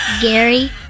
Gary